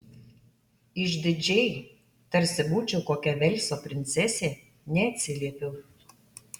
išdidžiai tarsi būčiau kokia velso princesė neatsiliepiau